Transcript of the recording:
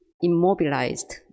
immobilized